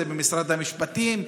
זה במשרד המשפטים,